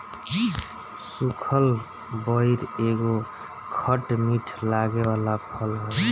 सुखल बइर एगो खट मीठ लागे वाला फल हवे